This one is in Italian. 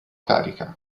carica